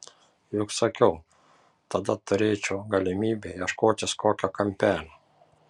juk sakiau tada turėčiau galimybę ieškotis kokio kampelio